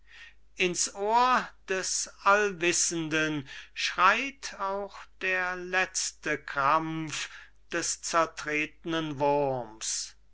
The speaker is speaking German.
ins ohr des allwissenden schreit auch der letzte krampf des zertretenen